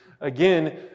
again